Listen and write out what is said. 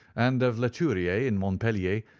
and of leturier in montpellier,